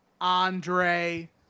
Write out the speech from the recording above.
Andre